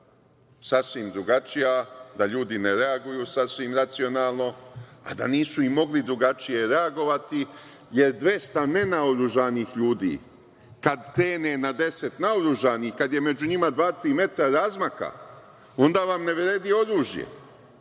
sasvim drugačija, da ljudi ne reaguju sasvim racionalno, a da nisu ni mogli drugačije reagovati jer 200 nenaoružanih ljudi kad krene na deset naoružanih, kad je među njima dva-tri metra razmaka, onda vam ne vredi oružje.